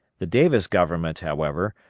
the davis government, however,